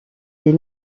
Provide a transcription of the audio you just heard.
les